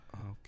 Okay